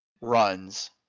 runs